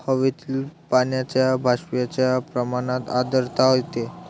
हवेतील पाण्याच्या बाष्पाच्या प्रमाणात आर्द्रता येते